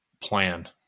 plan